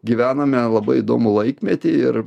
gyvename labai įdomų laikmetį ir